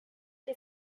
que